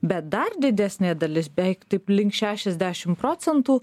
bet dar didesnė dalis beveik taip link šešiasdešim procentų